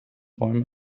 bäumen